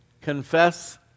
confess